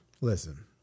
Listen